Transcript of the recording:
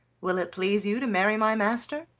will it please you to marry my master?